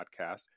podcast